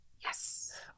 yes